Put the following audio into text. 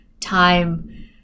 time